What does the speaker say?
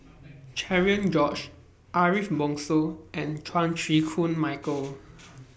Cherian George Ariff Bongso and Chan Chew Koon Michael